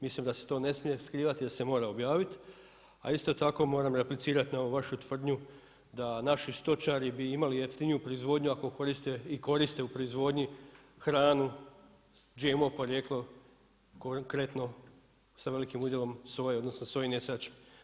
Mislim da se to ne smije skrivati, da se mora objaviti, a isto tako moram replicirati na ovu vašu tvrdnju da naši stočari bi imali jeftiniju proizvodnju ako koriste i koriste u proizvodnji hranu GMO porijekla, konkretno sa velikim udjelom soje, odnosno sojinih saće.